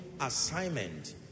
assignment